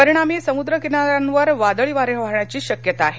परिणामी समुद्र किनाऱ्यांवर वादळी वारे वाहण्याची शक्यता आहे